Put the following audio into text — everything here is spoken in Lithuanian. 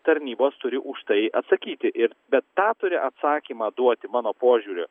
tarnybos turi už tai atsakyti ir bet tą turi atsakymą duoti mano požiūriu